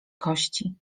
kości